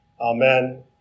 Amen